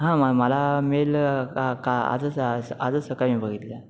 हां मा मला मेल का आ आजच आजच सकाळी मी बघितलं